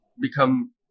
become